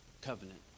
covenant